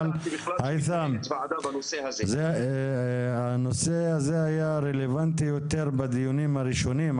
אבל הנושא הזה היה רלוונטי יותר בדיונים הראשונים.